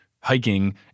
hiking